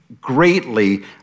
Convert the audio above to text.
Greatly